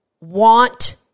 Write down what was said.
want